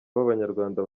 b’abanyarwanda